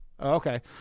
Okay